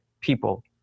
people